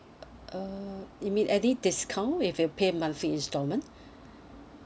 uh you mean any discount if you pay monthly instalment